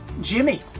Jimmy